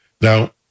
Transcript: Now